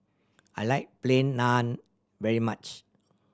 I like Plain Naan very much